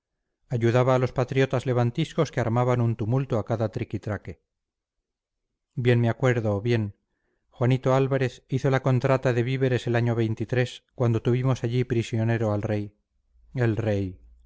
ayudaba a los patriotas levantiscos que armaban un tumulto a cada triquitraque bien me acuerdo bien juanito álvarez hizo la contrata de víveres el año cuando tuvimos allí prisionero al rey el rey